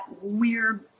weird